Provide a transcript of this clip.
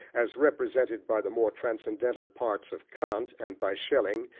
as represented by the more transcendental parts of kant, and by schelling,